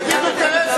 יגידו: אינטרס,